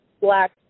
black